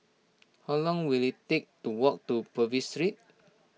how long will it take to walk to Purvis Street